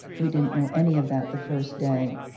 we didn't know any of that the first day